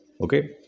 Okay